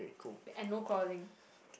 and no quarreling